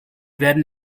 werden